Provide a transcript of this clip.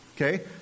Okay